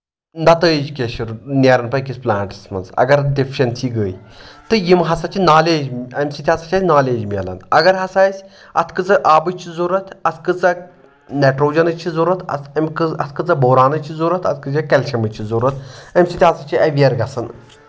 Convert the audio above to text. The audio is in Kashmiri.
نتٲیِج کیٛاہ چھِ نیران بیٚیہِ پٕلانٹس منٛز اگر ڈِفشَنسی گٔے تہٕ یِم ہَسا چھِ نالیج اَمہِ سۭتۍ ہَسا چھِ اَسہِ نالیج مِلان اگر ہسا اسہِ اَتھ کۭژاہ آبٕچ چھِ ضوٚرَتھ اَتھ کۭژاہ نؠٹروجنٕچ چھِ ضوٚرَتھ اَتھ کۭژاہ بورانٕچ ضوٚرَتھ اَتھ کٔژاہ کیلشمٕچ چھِ ضوٚرَتھ اَمہِ سۭتۍ ہَسا چھِ اؠوِیَر گژھان